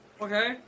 Okay